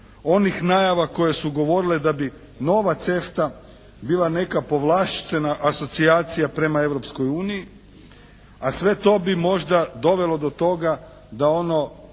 onih najava koje su govorile da bi nova CEFTA bila neka povlaštena asocijacija prema Europskoj uniji, a sve to bi možda dovelo do toga da ono